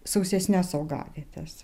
sausesnes augavietes